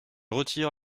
retire